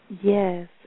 Yes